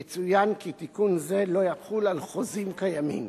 יצוין כי תיקון זה לא יחול על חוזים קיימים.